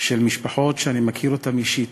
של משפחות שאני מכיר אישית,